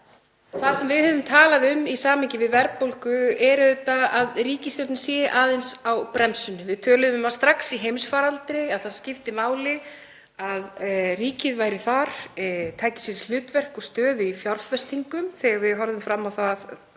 Það sem við höfum talað um í samhengi við verðbólgu er auðvitað að ríkisstjórnin sé aðeins á bremsunni. Við töluðum um það strax í heimsfaraldri að það skipti máli að ríkið tæki sér hlutverk og stöðu í fjárfestingum þegar við horfðum fram á það